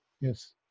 yes